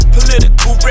Political